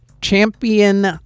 Champion